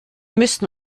müssen